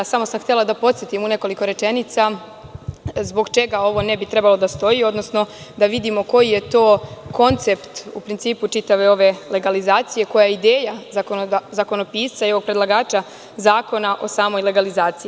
Samo sam htela da podsetim u nekoliko rečenica zbog čega ovo ne bi trebalo da stoji, odnosno da vidimo koji je to koncept u principu čitave ove legalizacije, koja je ideja zakonopisca i ovog predlagača zakona o samoj legalizaciji.